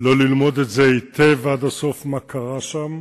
לא ללמוד את זה היטב, עד הסוף, מה קרה שם,